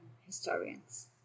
historians